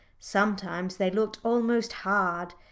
sometimes they looked almost hard.